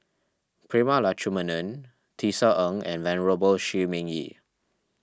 Prema Letchumanan Tisa Ng and Venerable Shi Ming Yi